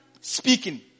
speaking